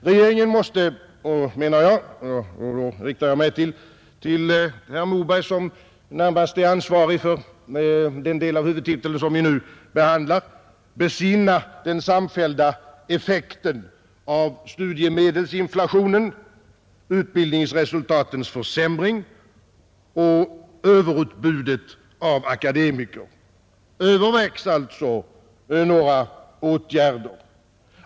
Regeringen måste — och nu riktar jag mig till herr Moberg som närmast är ansvarig för den del av huvudtiteln som vi nu behandlar — besinna den samfällda effekten av studiemedelsinflationen, utbildningsresultatens försämring och överutbudet av akademiker. Övervägs alltså några åtgärder?